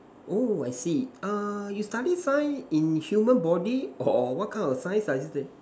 oh I see ah you study science in human body or what kind of science does it that